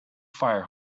fire